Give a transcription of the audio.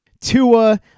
Tua